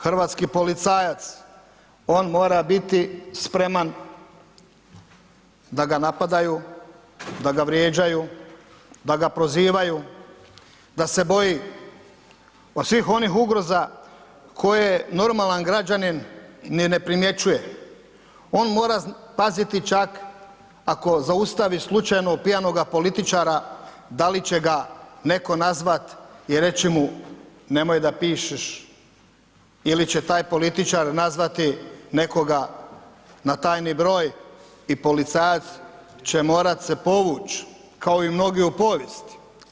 Hrvatski policajac, on mora biti spreman da ga napadaju, da ga vrijeđaju, da ga prozivaju, da se boji od svih onih ugroza koje normalan građanin ni ne primjećuje, on mora paziti čak, ako zaustavi slučajno pijanoga političara da li će ga netko nazvat i reći mu nemoj da pišeš ili će taj političar nazvati nekoga na tajni broj i policajac će morat se povuć', kao i mnogi u povijesti.